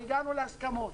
והגענו להסכמות.